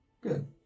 Good